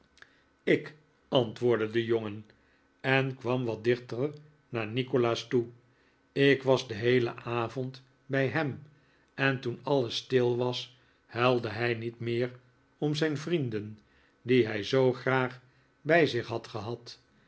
ik antwoordde de jongen en kwam wat dichter naar nikolaas toe ik was den heelen avond bij hem en toen alles stil was huilde hij niet meer om zijn vrienden die hij zoo graag bij zich had gehad